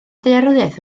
daearyddiaeth